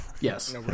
Yes